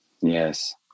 Yes